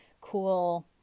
cool